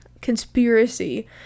Conspiracy